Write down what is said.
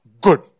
good